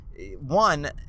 one